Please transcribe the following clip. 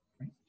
right